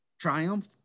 triumph